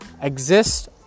exist